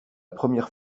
première